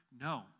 no